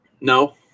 no